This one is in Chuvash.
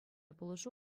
пулӑшу